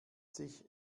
sich